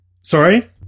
Sorry